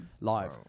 live